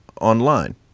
online